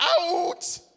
out